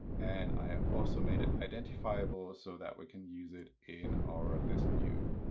and i have also made it identifiable so that we can use it in our list view.